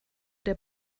der